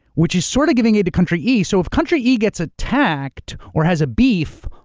which is sorta giving aid to country e. so if country e gets attacked, or has a beef,